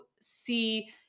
see